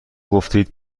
گفتید